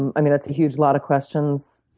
and i mean, that's a huge lot of questions.